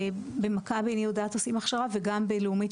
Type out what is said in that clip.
במכבי אני יודעת עושים הכשרה וגם בלאומית